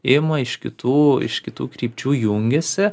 ima iš kitų iš kitų krypčių jungiasi